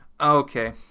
Okay